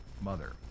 mother